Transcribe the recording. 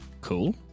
Cool